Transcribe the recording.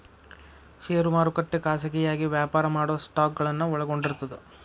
ಷೇರು ಮಾರುಕಟ್ಟೆ ಖಾಸಗಿಯಾಗಿ ವ್ಯಾಪಾರ ಮಾಡೊ ಸ್ಟಾಕ್ಗಳನ್ನ ಒಳಗೊಂಡಿರ್ತದ